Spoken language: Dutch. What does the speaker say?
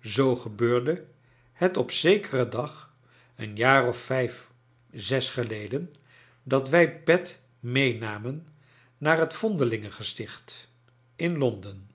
zoo gebeurde het op zekeren dag een jaar of vijf zes geleden dat wij pet meenamen naar het vondelingengesticht in londen